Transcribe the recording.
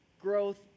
growth